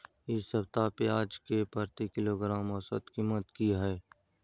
इ सप्ताह पियाज के प्रति किलोग्राम औसत कीमत की हय?